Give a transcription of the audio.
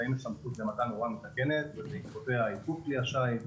קיימת סמכות למתן הוראה מתקנת ובעקבותיה עיכוב כלי השיט.